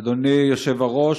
אדוני היושב-ראש,